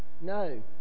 no